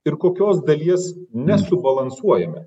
ir kokios dalies nesubalansuojame